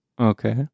Okay